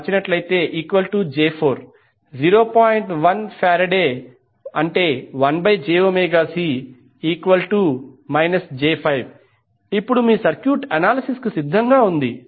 1F1jωC j5 ఇప్పుడు మీ circuit analysis కు సిద్ధంగా ఉంది